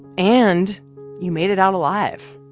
and you made it out alive.